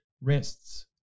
rests